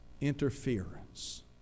interference